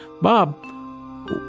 Bob